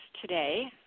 today